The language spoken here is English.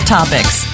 Topics